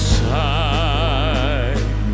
side